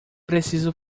preciso